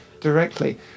directly